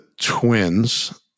Twins